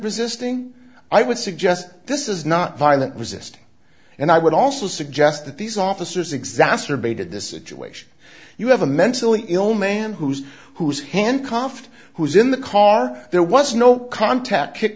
resisting i would suggest this is not violent resistance and i would also suggest that these officers exacerbated the situation you have a mentally ill man who's who's handcuffed who's in the car there was no contact kick